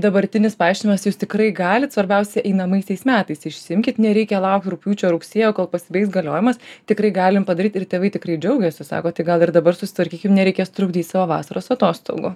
dabartinis paaiškinimas jūs tikrai galit svarbiausia einamaisiais metais išsiimkit nereikia laukt rugpjūčio rugsėjo kol pasibaigs galiojimas tikrai galim padaryt ir tėvai tikrai džiaugiasi sako tai gal ir dabar susitvarkykim nereikės trukdyt savo vasaros atostogų